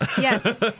Yes